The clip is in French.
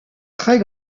très